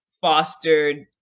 fostered